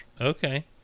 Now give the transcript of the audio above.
Okay